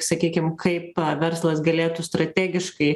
sakykim kaip verslas galėtų strategiškai